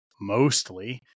mostly